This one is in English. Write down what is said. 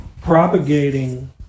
propagating